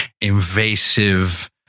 invasive